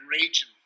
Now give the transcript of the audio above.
region